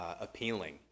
appealing